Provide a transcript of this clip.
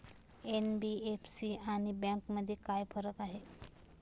NBFC आणि बँकांमध्ये काय फरक आहे?